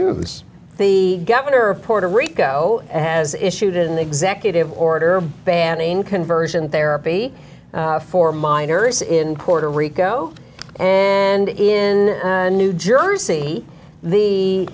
views the governor of puerto rico has issued an executive order banning conversion therapy for minors in puerto rico and in new jersey the